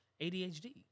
ADHD